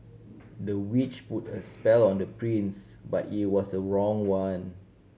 the witch put a spell on the prince but it was the wrong one